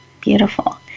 Beautiful